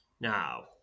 Now